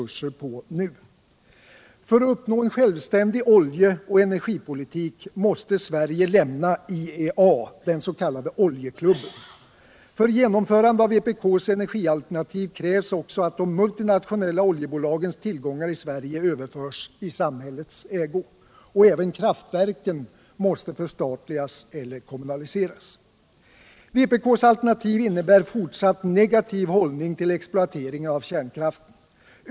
För att uppnå en självständig oljeoch energipolitik måste Sverige lämna IEA — den s.k. oljeklubben. För genomförandet av vpk:s energialternativ krävs också att de multinationella oljebolagens tillgångar i Sverige överförs i samhällets ägo. Även kraftverken måste förstatligas eller kommunaliseras. Vpk:s alternativ innebär en fortsatt negativ hållning till exploateringen av kärnkraften.